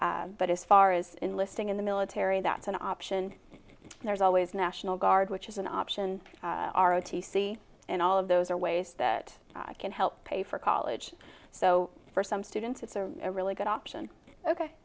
but as far as enlisting in the military that's an option there's always national guard which is an option are o t c and all of those are ways that can help pay for college so for some students it's a really good option